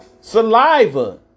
Saliva